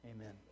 amen